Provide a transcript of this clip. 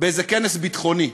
באיזה כנס ביטחוני.